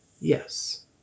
yes